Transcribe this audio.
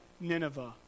Nineveh